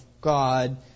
God